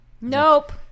Nope